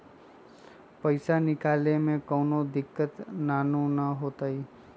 पईसा निकले में कउनो दिक़्क़त नानू न होताई?